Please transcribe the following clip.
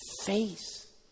face